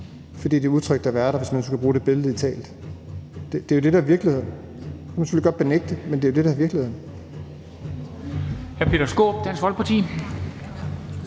fordi det er utrygt at være der, hvis man nu skulle sige det lidt billedligt. Det er jo det, der er virkeligheden. Det kan man selvfølgelig godt benægte, men det er jo det, der er virkeligheden. Kl. 10:56 Formanden (Henrik